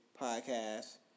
Podcast